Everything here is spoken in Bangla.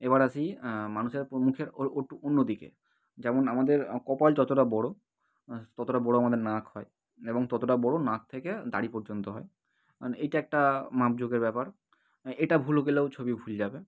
এবার আসি মানুষের মুখের ওর ওট্টু অন্য দিকে যেমন আমাদের কপাল যতটা বড়ো ততটা বড়ো আমাদের নাক হয় এবং ততটা বড়ো নাক থেকে দাড়ি পর্যন্ত হয় কারণ এইটা একটা মাপ জোকের ব্যাপার এটা ভুল গেলেও ছবি ভুল যাবে